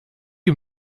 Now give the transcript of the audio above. you